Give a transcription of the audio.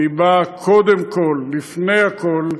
אני בא קודם כול, לפני הכול,